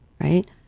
right